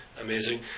amazing